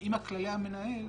עם כללי המנהל,